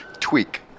tweak